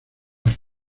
las